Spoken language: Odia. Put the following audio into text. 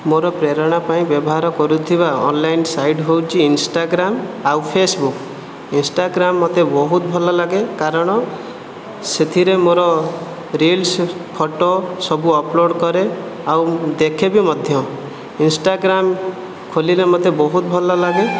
ମୋର ପ୍ରେରଣା ପାଇଁ ବ୍ୟବହାର କରୁଥିବା ଅନଲାଇନ୍ ସାଇଟ୍ ହେଉଛି ଇନ୍ଷ୍ଟାଗ୍ରାମ୍ ଆଉ ଫେସବୁକ୍ ଇନ୍ଷ୍ଟାଗ୍ରାମ୍ ମୋତେ ବହୁତ ଭଲଲାଗେ କାରଣ ସେଥିରେ ମୋର ରିଲ୍ସ୍ ଫଟୋ ସବୁ ଅପଲୋଡ୍ କରେ ଆଉ ଦେଖେ ବି ମଧ୍ୟ ଇନ୍ଷ୍ଟାଗ୍ରାମ୍ ଖୋଲିଲେ ମୋତେ ବହୁତ ଭଲଲାଗେ